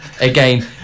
again